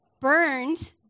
burned